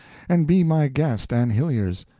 and be my guest and hillyer's.